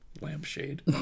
Lampshade